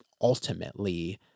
ultimately